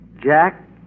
Jack